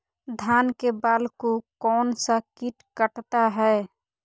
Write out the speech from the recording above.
धान के बाल को कौन सा किट काटता है?